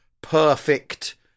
perfect